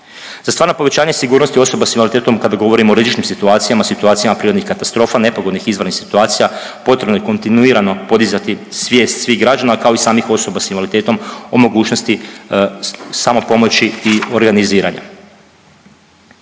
Za stalno povećanje sigurnosti osoba s invaliditetom kada govorimo o rizičnim situacijama, situacijama prirodnih katastrofa nepogodnih izvanrednih situacija potrebno je kontinuirano podizati svijest svih građana kao i samih osoba s invaliditetom o mogućnosti samopomoći i organiziranja.